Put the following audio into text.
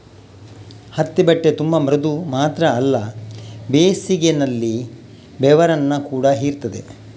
ಹತ್ತಿ ಬಟ್ಟೆ ತುಂಬಾ ಮೃದು ಮಾತ್ರ ಅಲ್ಲ ಬೇಸಿಗೆನಲ್ಲಿ ಬೆವರನ್ನ ಕೂಡಾ ಹೀರ್ತದೆ